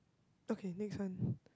okay next one